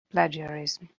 plagiarism